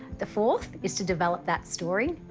the fourth is to develop that story,